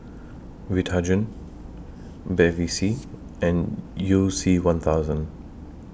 Vitagen Bevy C and YOU C one thousand